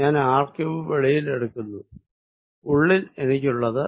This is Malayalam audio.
ഞാൻ r3 വെളിയിൽ എടുക്കുന്നു ഉള്ളിൽ എനിക്കുള്ളത്